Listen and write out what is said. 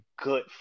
good